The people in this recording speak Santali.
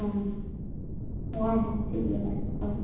ᱦᱮᱸ ᱦᱮᱸ ᱴᱷᱤᱠ ᱜᱮᱭᱟ ᱫᱚᱦᱚᱭ ᱢᱮ